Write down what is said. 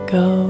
go